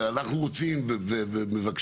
ואנחנו רוצים ומבקשים,